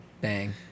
bang